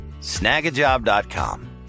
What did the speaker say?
snagajob.com